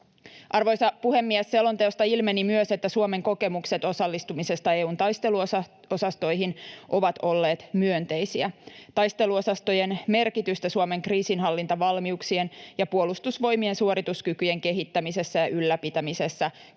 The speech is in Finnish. Arvoisa puhemies! Selonteosta ilmeni myös, että Suomen kokemukset osallistumisesta EU:n taisteluosastoihin ovat olleet myönteisiä. Taisteluosastojen merkitystä Suomen kriisinhallintavalmiuksien ja Puolustusvoimien suorituskykyjen kehittämisessä ja ylläpitämisessä korostetaan